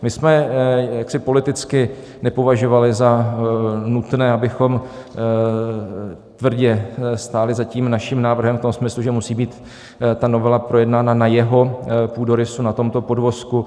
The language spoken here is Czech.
My jsme jaksi politicky nepovažovali za nutné, abychom tvrdě stáli za tím naším návrhem v tom smyslu, že musí být ta novela projednána na jeho půdorysu, na tomto podvozku.